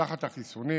תחת החיסונים.